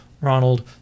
Ronald